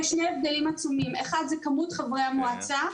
יש שני הבדלים עצומים: כמות חברי המועצה.